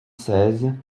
seize